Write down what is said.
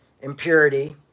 Impurity